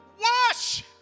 wash